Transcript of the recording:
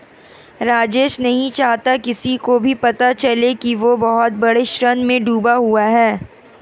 राजेश नहीं चाहता किसी को भी पता चले कि वह बहुत बड़े ऋण में डूबा हुआ है